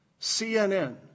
CNN